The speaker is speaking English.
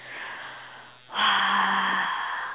!wah!